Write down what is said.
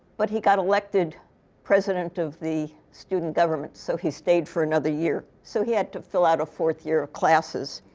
but he got elected president of the student government. so he stayed for another year. so he had to fill out a fourth year of classes.